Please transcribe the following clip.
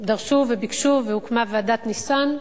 דרשו וביקשו והוקמה ועדת-ניסן,